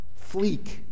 fleek